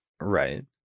Right